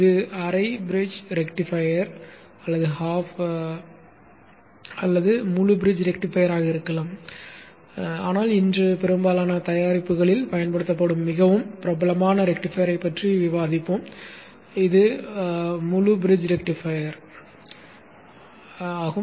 இது அரை bridge rectifier அல்லது முழு பிரிட்ஜ் ரெக்டிஃபையராக இருக்கலாம் ஆனால் இன்று பெரும்பாலான தயாரிப்புகளில் பயன்படுத்தப்படும் மிகவும் பிரபலமான ரெக்டிஃபையரைப் பற்றி விவாதிப்போம் இது முழு பிரிட்ஜ் ரெக்டிஃபையர் ஆகும்